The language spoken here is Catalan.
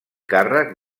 càrrec